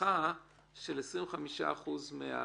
הנחה של 25% מהריבית,